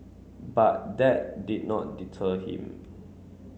but that did not deter him